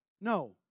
No